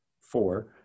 four